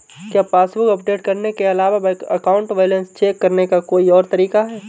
क्या passbook update करने के अलावा अकाउंट बैलेंस चेक करने का कोई और तरीका है?